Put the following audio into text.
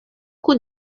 kun